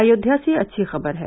अयोध्या से अच्छी खबर है